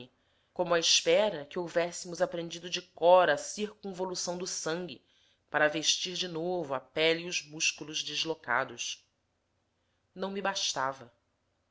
como à espera que houvéssemos aprendido de cor a circunvolução do sangue para vestir de novo a pele e os músculos deslocados não me bastava